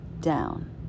down